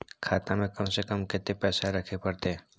खाता में कम से कम कत्ते पैसा रखे परतै?